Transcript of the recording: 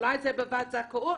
אולי זה בוועדת זכאות.